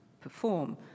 perform